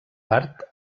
part